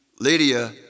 Lydia